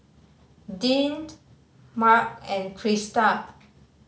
Deante Marc and Krista